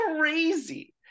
crazy